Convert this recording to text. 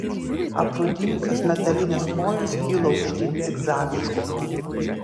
aprūdijusios metalinės kojos kilo aukštyn zigzagais